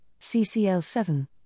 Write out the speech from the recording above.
CCL7